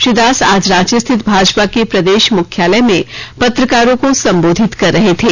श्री दास आज रांची स्थित भाजपा के प्रदेश मुख्यालय मे पत्रकारों को संबोधित कर रहे थे